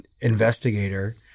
investigator